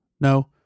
no